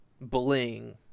bullying